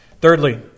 Thirdly